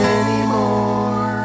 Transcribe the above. anymore